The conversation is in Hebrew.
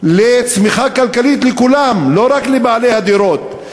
לצמיחה כלכלית לכולם, לא רק לבעלי הדירות.